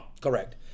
Correct